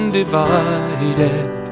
divided